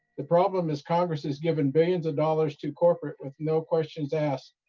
the problem is congress has given billions of dollars to corporate, with no questions asked.